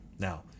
Now